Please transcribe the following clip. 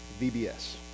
VBS